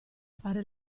fare